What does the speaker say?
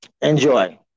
enjoy